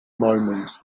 moments